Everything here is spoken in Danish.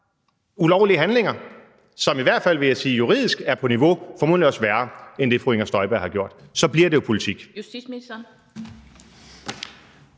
ulovlige handlinger, som, vil jeg sige, i hvert fald juridisk er på niveau med og formodentlig også værre end det, som fru Inger Støjberg har gjort, så bliver det jo politik.